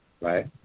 right